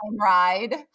ride